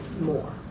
more